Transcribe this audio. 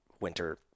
winter